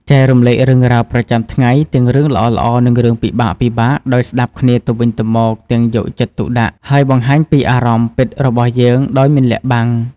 ចែករំលែករឿងរ៉ាវប្រចាំថ្ងៃ ទាំងរឿងល្អៗ និងរឿងពិបាកៗ ដោយស្តាប់គ្នាទៅវិញទៅមកទាំងយកចិត្តទុកដាក់ ហើយបង្ហាញពីអារម្មណ៍ពិតរបស់យើងដោយមិនលាក់បាំង។